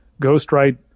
ghostwrite